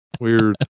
Weird